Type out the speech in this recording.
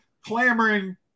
clamoring